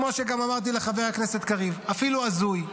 כמו שאמרתי לחבר הכנסת קריב, אפילו הזוי.